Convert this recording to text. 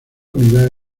unidad